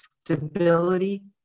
stability